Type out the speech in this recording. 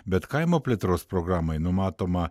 bet kaimo plėtros programai numatoma